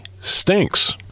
stinks